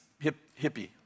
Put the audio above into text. hippie